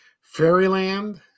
Fairyland